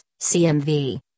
CMV